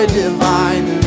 divine